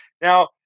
Now